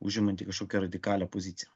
užimanti kažkokią radikalią poziciją